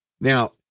Now